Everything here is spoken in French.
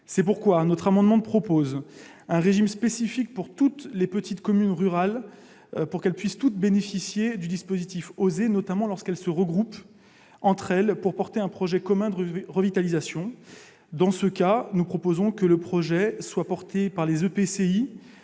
C'est pourquoi, par cet amendement, nous proposons d'instaurer un régime spécifique pour toutes les petites communes rurales, afin qu'elles puissent bénéficier du dispositif OSER, notamment lorsqu'elles se regroupent pour porter un projet commun de revitalisation. Dans ce cas, nous proposons que le projet soit porté par l'EPCI,